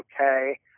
okay